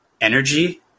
energy